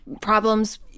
Problems